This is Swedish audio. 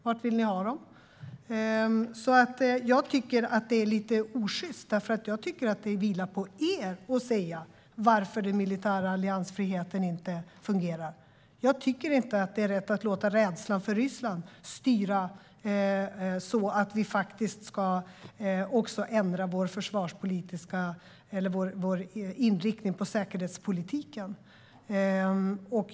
Var vill ni ha dem? Jag tycker att det är lite osjyst. Jag tycker att det vilar på er att säga varför den militära alliansfriheten inte fungerar. Jag tycker inte att det är rätt att låta rädslan för Ryssland styra så att vi ska ändra vår inriktning på säkerhetspolitiken.